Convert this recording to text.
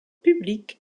publique